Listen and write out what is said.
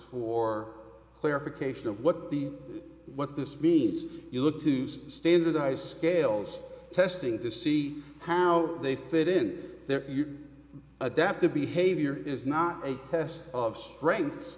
or clarification of what the what this means you look to standardize scales testing to see how they fit in their adaptive behavior is not a test of streng